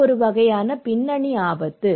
இது ஒரு வகையான பின்னணி ஆபத்து